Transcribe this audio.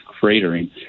cratering